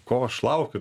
ko aš laukiu